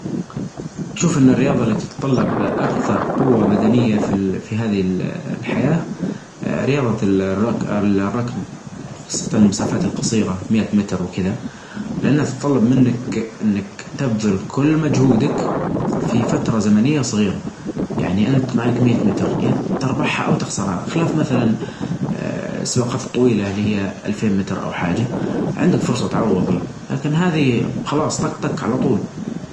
والله شوف انه يعني بيت سمبل بسيط بحديقة صغيرة دورين دور مثلا للنوم ودور للمعيشة دور فقط مخصص للنوم الدور العلوي هذا فقط مخصص للنوم الدور الأرظي للمعيشة وللمطبخ الحياة والتلفزيون يكون في مثلا العاب او بلاي ستيشن او شيء يكون في مساحة واسعة عشان أجلس.